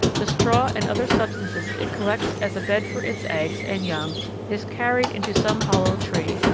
the straw and other substances it collects as a bed for its eggs and young is carried into some hollow tree,